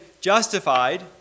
justified